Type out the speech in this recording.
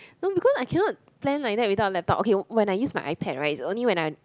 no because I cannot plan like that without a laptop okay when I use my iPad right it's only when I